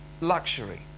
Luxury